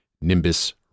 Nimbus